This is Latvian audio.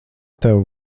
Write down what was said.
tev